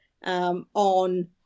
on